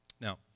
Now